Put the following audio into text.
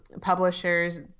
publishers